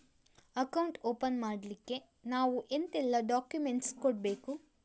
Account open ಮಾಡ್ಲಿಕ್ಕೆ ನಾವು ಎಂತೆಲ್ಲ ಡಾಕ್ಯುಮೆಂಟ್ಸ್ ಕೊಡ್ಬೇಕು?